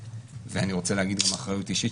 ואני רוצה להגיד עם אחריות אישית,